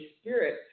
spirit –